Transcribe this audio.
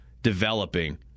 developing